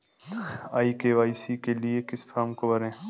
ई KYC के लिए किस फ्रॉम को भरें?